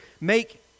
make